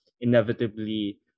inevitably